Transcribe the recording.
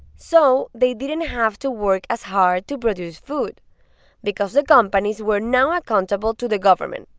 so they they didn't have to work as hard to produce food because the companies were now accountable to the government,